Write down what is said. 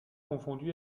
confondu